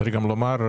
צריך לומר,